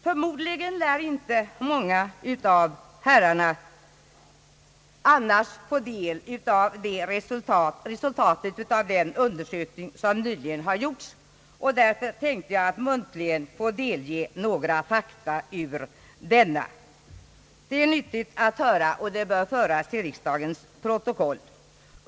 Förmodligen lär inte många av herrarna annars få del av resultatet av den undersökning som nyligen har gjorts, och därför tänkte jag att muntligen delge några fakta ur denna. Det är nyttigt att höra och det bör föras till riksdagens protokoll.